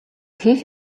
хийх